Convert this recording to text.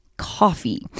coffee